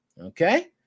Okay